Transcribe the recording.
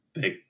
big